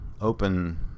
open